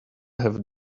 have